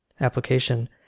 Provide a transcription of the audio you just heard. application